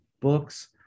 books